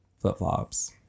flip-flops